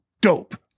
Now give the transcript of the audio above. dope